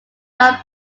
not